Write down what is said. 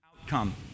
outcome